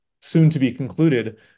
soon-to-be-concluded